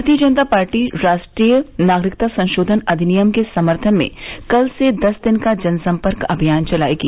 भारतीय जनता पार्टी राष्ट्रीय नागरिकता संशोधन अधिनियम के समर्थन में कल से दस दिन का जनसंपर्क अभियान चलाएगी